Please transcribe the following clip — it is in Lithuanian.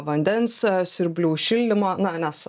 vandens siurblių šildymo na nes